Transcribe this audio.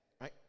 right